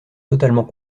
totalement